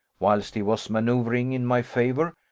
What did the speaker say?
whilst he was manoeuvring in my favour,